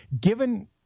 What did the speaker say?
given